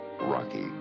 Rocky